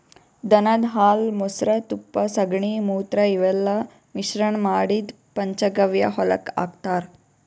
ದನದ್ ಹಾಲ್ ಮೊಸ್ರಾ ತುಪ್ಪ ಸಗಣಿ ಮೂತ್ರ ಇವೆಲ್ಲಾ ಮಿಶ್ರಣ್ ಮಾಡಿದ್ದ್ ಪಂಚಗವ್ಯ ಹೊಲಕ್ಕ್ ಹಾಕ್ತಾರ್